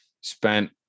Spent